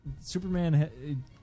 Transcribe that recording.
Superman